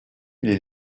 les